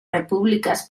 repúbliques